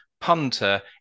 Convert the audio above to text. punter